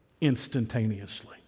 instantaneously